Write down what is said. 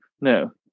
no